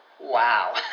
Wow